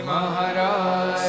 Maharaj